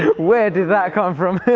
where did that come from?